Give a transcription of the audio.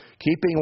keeping